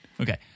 Okay